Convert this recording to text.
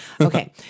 Okay